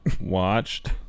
watched